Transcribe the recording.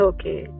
Okay